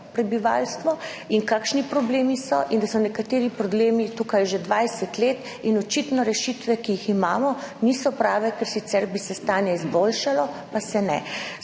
prebivalstvo, kakšni problemi so in da so nekateri problemi tukaj že 20 let in očitno rešitve, ki jih imamo, niso prave, ker sicer bi se stanje izboljšalo, pa se ne.